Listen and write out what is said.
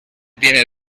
tiene